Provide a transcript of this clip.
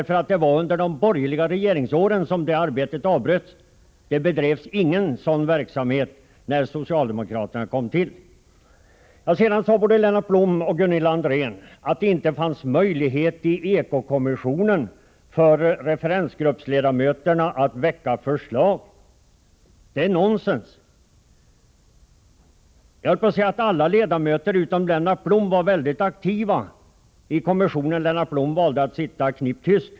För det var under de borgerliga regeringsåren som det arbetet avbröts. Det bedrevs ingen sådan verksamhet när socialdemokraterna kom tillbaka i regeringsställning. Sedan sade både Lennart Blom och Gunilla André att det inte fanns möjlighet i eko-kommissionen för referensgruppsledamöterna att väcka förslag. Det är nonsens. Jag höll på att säga att alla ledamöter utom Lennart Blom var mycket aktiva i kommissionen. Lennart Blom valde att sitta knäpp tyst.